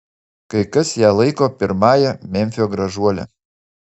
kai kas ją laiko pirmąja memfio gražuole